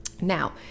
Now